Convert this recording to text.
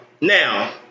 Now